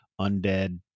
undead